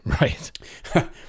Right